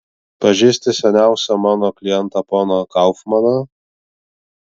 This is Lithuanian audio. pažįsti seniausią mano klientą poną kaufmaną